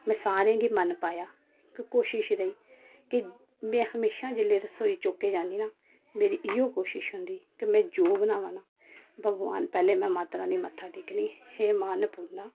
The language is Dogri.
में सारें गी मन पाया कोशिश रेई के मैं म्हेशां जेल्लै रसोई चौके जानी ना मेरी इयो कोशिश होंदी कि मैं जो बनामां ना भगवान पैहले मैं माता रानी गी मत्था टेकनी कि हे मां अन्नपूर्णा